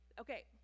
Okay